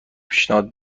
پیشنهاد